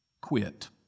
Quit